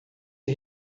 der